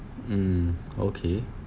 mm okay